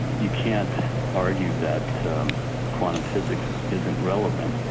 you can't argue that quantum physics isn't relevant.